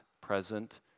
present